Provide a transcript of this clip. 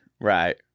Right